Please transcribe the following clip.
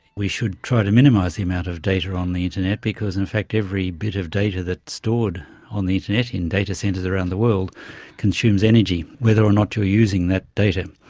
we should try to minimise the amount of data on the internet because in fact every bit of data that's stored on the internet in data centres around the world consumes energy, whether or not you're using that data,